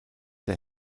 der